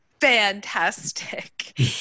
fantastic